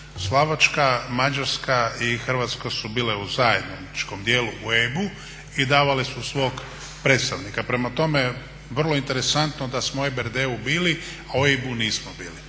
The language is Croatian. Slovačka, Mađarska i Hrvatska su bile u zajedničkom dijelu u EIB-u i davale su svog predstavnika. Prema tome, vrlo je interesantno da smo u EBRD-u bili, a u EIB-u nismo bili.